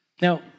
Now